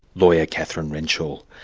lawyer, kathryn renshall.